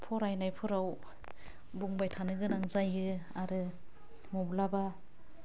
फरायनायफोराव बुंबाय थानो गोनां जायो आरो मब्लाबा